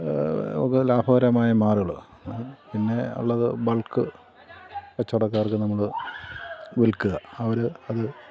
ലാഭകരമായി മാറുകയുള്ളു പിന്നെ ഉള്ളത് ബൾക്ക് കച്ചവടക്കാർക്ക് നമ്മൾ വിൽക്കുക അവർ അത്